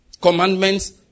commandments